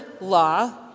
law